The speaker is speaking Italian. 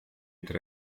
tre